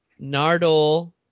Nardole